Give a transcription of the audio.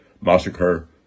massacre